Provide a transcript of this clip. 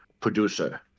producer